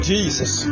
Jesus